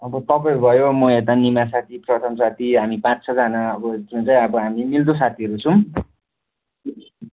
अब तपाईँ भयो म यता निमा साथी पदम साथी हामी पाँच छजना अब जुन चाहिँ अब हामी मिल्दो साथीहरू छौँ